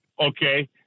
Okay